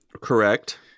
correct